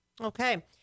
okay